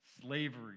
slavery